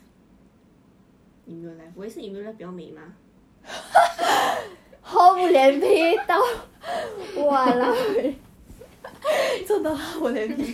I feel like you know who is jack 我觉得他他对 shana 有兴趣 is like